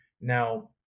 Now